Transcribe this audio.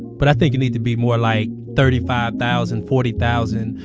but i think it needed to be more like thirty five thousand. forty thousand.